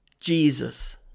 Jesus